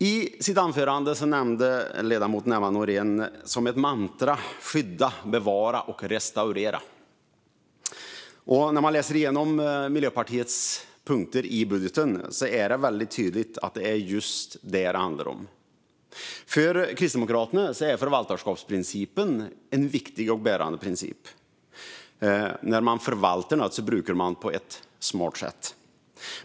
I sitt anförande nämnde Emma Nohrén som ett mantra "skydda, bevara och restaurera", och när man läser igenom punkterna i Miljöpartiets budget blir det väldigt tydligt att det är just detta som det handlar om. För Kristdemokraterna är förvaltarskapsprincipen en viktig och bärande princip. När man förvaltar något brukar man på ett smart sätt.